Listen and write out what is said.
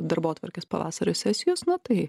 darbotvarkės pavasario sesijos na tai